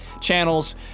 channels